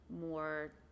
more